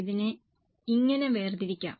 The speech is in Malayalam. ഇതിനെ ഇങ്ങനെ വേർതിരിക്കാം